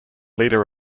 leader